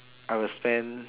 I will spend